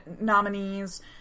nominees